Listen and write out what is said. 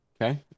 Okay